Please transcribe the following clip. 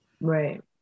Right